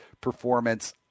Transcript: performance